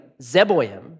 Zeboim